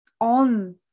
on